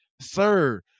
sir